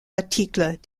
articles